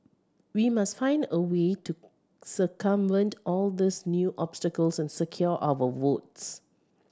we must find a way to circumvent all these new obstacles and secure our votes